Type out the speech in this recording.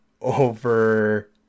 over